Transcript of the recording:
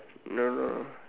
don't know